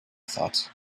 thought